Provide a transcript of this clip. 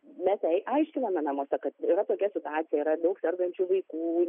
mes jai aiškiname namuose kad yra tokia situacija yra daug sergančių vaikų